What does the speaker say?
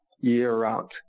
year-round